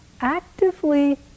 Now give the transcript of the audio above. actively